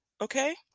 okay